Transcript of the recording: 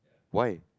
why